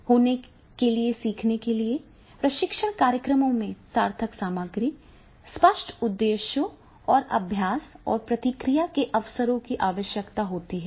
होने के लिए सीखने के लिए प्रशिक्षण कार्यक्रमों में सार्थक सामग्री स्पष्ट उद्देश्यों और अभ्यास और प्रतिक्रिया के अवसरों की आवश्यकता होती है